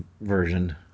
version